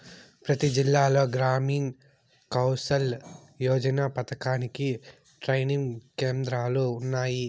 ప్రతి జిల్లాలో గ్రామీణ్ కౌసల్ యోజన పథకానికి ట్రైనింగ్ కేంద్రాలు ఉన్నాయి